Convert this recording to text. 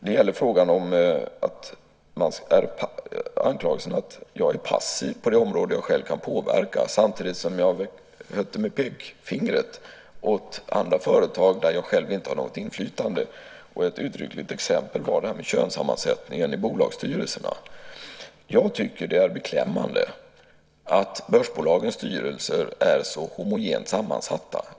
Det gäller anklagelsen att jag är passiv på de områden jag själv kan påverka samtidigt som jag hötte med pekfingret åt andra företag där jag inte har något inflytande. Ett uttryckligt exempel var könssammansättningen i bolagsstyrelserna. Jag tycker att det är beklämmande att börsbolagens styrelser är så homogent sammansatta.